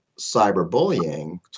cyberbullying